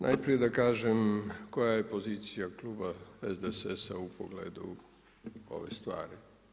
Najprije da kažem koja je pozicija kluba SDSS-a u pogledu ove stvari.